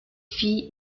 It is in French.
fille